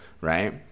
Right